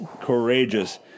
courageous